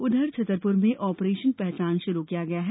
उधर छतरपुर में ऑपरेशन पहचान शुरू किया गया है